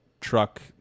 truck